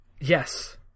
Yes